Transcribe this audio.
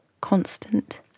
constant